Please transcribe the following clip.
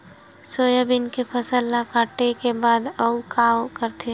Soybean के फसल ल काटे के बाद आऊ का करथे?